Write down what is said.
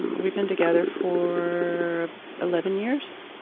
we've been together for eleven years.